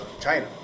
China